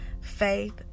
faith